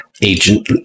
agent